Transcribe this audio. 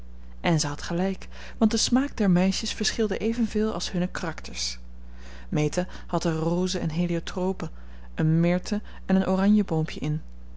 en ze had gelijk want de smaak der meisjes verschilde evenveel als hun karakters meta had er rozen en heliotropen een mirthe en een oranjeboompje in